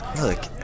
Look